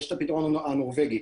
יש את הפתרון הנורבגי.